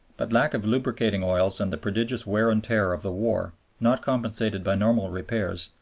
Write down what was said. but lack of lubricating oils and the prodigious wear and tear of the war, not compensated by normal repairs,